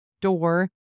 door